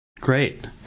great